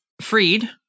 freed